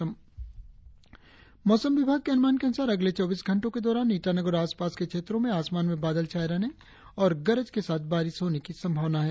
मौसम मौसम विभाग के अनुमान के अनुसार अगले चौबीस घंटो के दौरान ईटानगर और आसपास के क्षेत्रो में आसमान में बादल छाये रहने और गरज के साथ बारिश होने की संभावना है